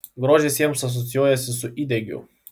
grožis jiems asocijuojasi su įdegiu